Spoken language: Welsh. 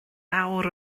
awr